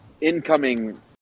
incoming